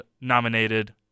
nominated